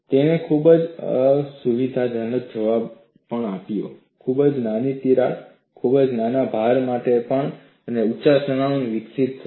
તેણે ખૂબ જ અસુવિધાજનક જવાબ પણ આપ્યો ખૂબ જ નાની તિરાડ ખૂબ જ નાના ભાર માટે પણ ખૂબ ઊચા તણાવ વિકસિત થશે